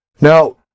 Now